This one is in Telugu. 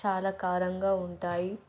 చాలా కారంగా ఉంటాయి